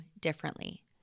differently